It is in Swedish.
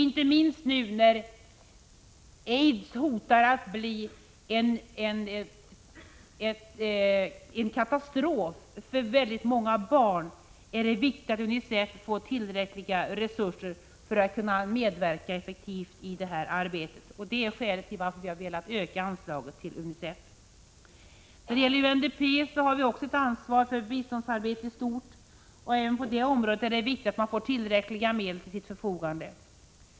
Inte minst nu när aids hotar att bli en katastrof för väldigt många barn är det viktigt att UNICEF får tillräckliga resurser för att kunna medverka effektivt i det arbetet. Det är skälet till att vi har velat öka anslaget till UNICEF. UNDP har också ansvar för biståndsarbetet i stort, och även på det området är det viktigt att man får tillräckliga medel till sitt förfogande.